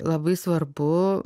labai svarbu